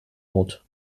ort